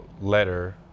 letter